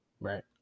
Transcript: Right